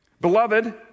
Beloved